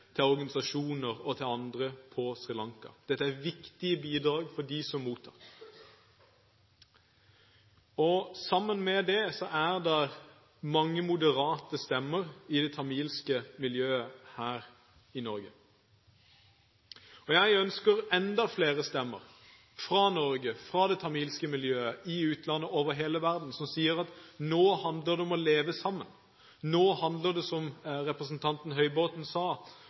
til organisasjoner og til andre på Sri Lanka. Dette er viktige bidrag for dem som mottar. Sammen med dette er det mange moderate stemmer i det tamilske miljøet her i Norge, og jeg ønsker enda flere stemmer fra det tamilske miljøet i Norge og i utlandet – over hele verden – som sier at nå handler det om å leve sammen. Nå handler det, som representanten Høybråten sa,